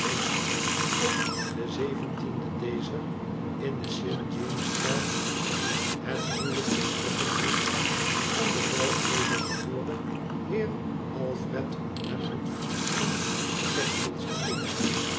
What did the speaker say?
op den zeventienden dezer in de st jameskerk het huwelijk voltrokken heeft van den wel edelgeboren heer alfred lammie van sackvillestreet